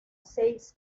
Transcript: seis